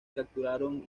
capturaron